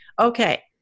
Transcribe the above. Okay